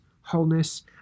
wholeness